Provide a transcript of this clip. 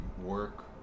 work